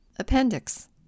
Appendix